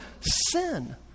sin